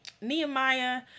Nehemiah